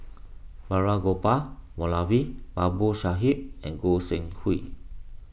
Balraj Gopal Moulavi Babu Sahib and Goi Seng Hui